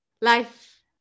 life